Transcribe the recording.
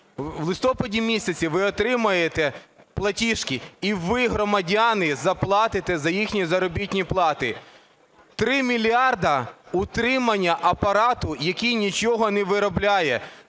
В листопаді місяці ви отримаєте платіжки і ви, громадяни, заплатите за їхні заробітні плати 3 мільярди утримання апарату, який нічого не виробляє.